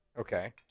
Okay